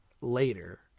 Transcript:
later